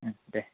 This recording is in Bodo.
दे